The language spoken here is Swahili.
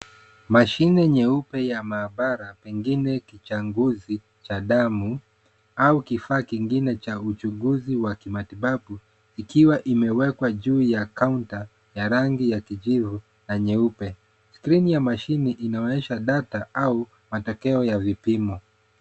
Mashine nyeupe ya maabara, pengine kichanguzi cha damu au kifaa kingine cha uchunguzi wa kimatibabu, ikiwa imewekwa juu ya kaunta ya rangi ya kijivu na nyeupe. Skrini ya mashini inaonyesha data au matokeo ya vipimo.